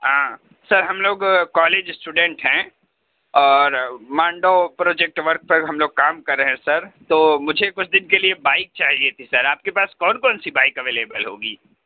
ہاں سر ہم لوگ کالج اسٹوڈنٹ ہیں اور مانڈو پروجکٹ پر ہم لوگ کام کر رہے ہیں سر تو مجھے کچھ دِن کے لیے بائیک چاہیے تھی سر آپ کے پاس کون کون سی بائک اویلیبل ہوگی